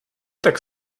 tak